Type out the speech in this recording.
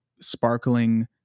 sparkling